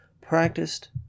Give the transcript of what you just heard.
practiced